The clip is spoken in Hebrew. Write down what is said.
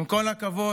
עם כל הכבוד,